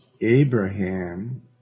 Abraham